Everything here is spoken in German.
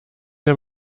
der